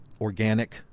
organic